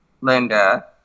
Linda